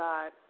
God